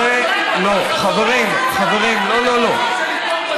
אתם, בשום פנים ואופן.